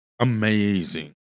amazing